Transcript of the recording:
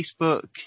facebook